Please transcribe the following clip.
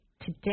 today